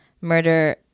murder